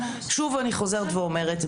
שוב אני חוזרת ואומרת,